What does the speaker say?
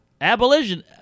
Abolition